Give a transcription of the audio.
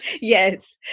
Yes